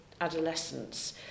adolescence